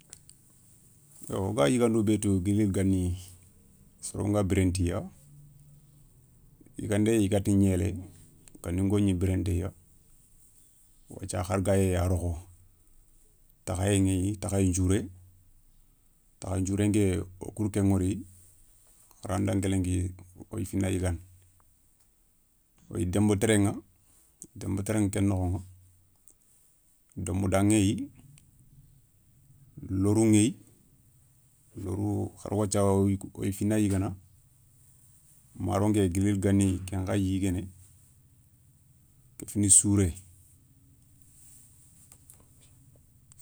Wo ga yigandou bé tou gueli gueli gani soron ga biréné tiya yigandé yeyi i gatini gnélé ganinko gni biréné téya wathia har gayéyi a rokho takhéyé ηéyi takhayin thiouré, takhayin nthiouré nké o kou da ken wori haranda ké lenki woyi fina yigana, yo denba téréηa denba téréηa ké nokhoηa domoda ηéyi, lorou ηéyi, lorou hara wathia woyi fina yigana, maro nké guéli guéli gani ken khayi yiguéné, kéfini souré.